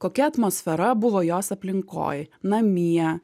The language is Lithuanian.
kokia atmosfera buvo jos aplinkoj namie